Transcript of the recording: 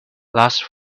lush